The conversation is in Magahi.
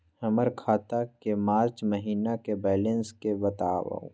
हमर खाता के मार्च महीने के बैलेंस के बताऊ?